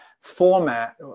format